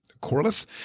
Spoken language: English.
Corliss